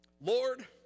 Lord